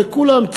בכולם,